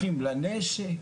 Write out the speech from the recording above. אחים לנשק,